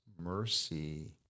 mercy